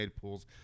Pools